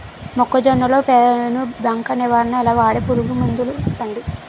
మొక్కజొన్న లో పెను బంక నివారణ ఎలా? వాడే పురుగు మందులు చెప్పండి?